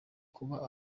kuba